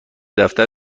دفتر